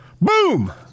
Boom